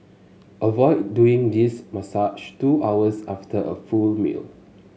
avoid doing this massage two hours after a full meal